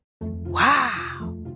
Wow